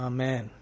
Amen